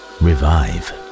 revive